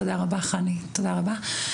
תודה רבה חני, תודה רבה.